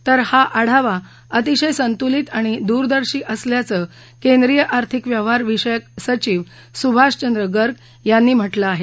तर हा आढावा अतिशय संतुलित आणि दूरदर्शी असल्याचं केंद्रीय आर्थिक व्यवहार विषयक सचिव सुभाषचंद्र गर्ग यांनी म्हटलं आहे